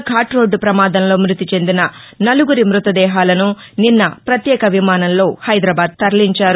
ghat road ప్రమాదంలో మృతిచెందిన నలుగురి మృతదేహాలను నిన్న పత్యేక విమానంలో హైదరాబాద్ తరలించారు